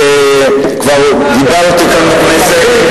וכבר דיברתי כאן בכנסת,